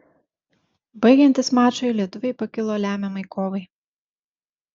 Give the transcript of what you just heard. baigiantis mačui lietuviai pakilo lemiamai kovai